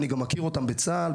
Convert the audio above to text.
אני מכיר אותם בצה"ל,